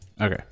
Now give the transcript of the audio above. Okay